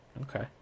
Okay